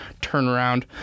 turnaround